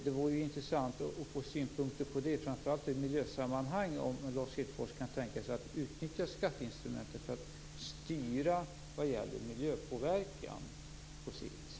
Det vore intressant att få synpunkter på det. Framför allt om Lars Hedfors i miljösammanhang kan tänka sig att utnyttja skatteinstrumentet för att styra vad gäller miljöpåverkan på sikt.